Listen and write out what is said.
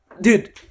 Dude